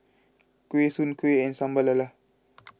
Kuih Soon Kuih and Sambal Lala